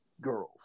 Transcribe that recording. girls